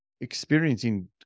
experiencing